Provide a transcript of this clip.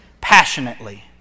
passionately